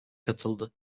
katıldı